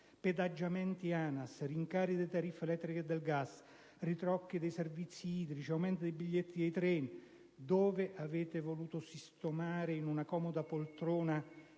pedaggiamenti ANAS, rincari delle tariffe elettriche e del gas, ritocchi dei servizi idrici, aumenti dei biglietti dei treni - dove avete voluto sistemare in una comoda poltrona